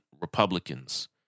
Republicans